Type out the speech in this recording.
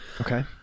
Okay